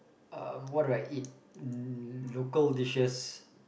um what do I eat local dishes